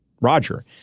Roger